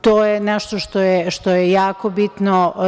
To je nešto što je jako bitno.